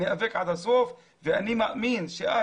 ניאבק עד הסוף ואני מאמין שאת,